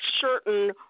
certain